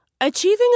Achieving